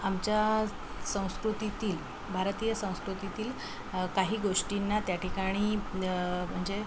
आमच्या ज् संस्कृतीतील भारतीय संस्कृतीतील काही गोष्टींना त्याठिकाणी म्हणजे